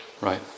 right